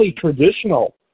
traditional